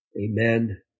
Amen